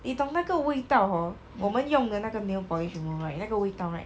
你懂那个味道 hor 我们用的那个 nail polish remover right 那个味道 right